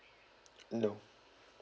no